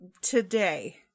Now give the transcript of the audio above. today